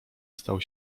stał